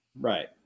Right